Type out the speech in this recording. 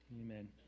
Amen